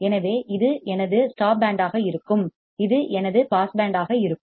எனவே இது எனது ஸ்டாப் பேண்டாக இருக்கும் இது எனது பாஸ் பேண்டாக இருக்கும்